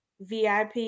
VIP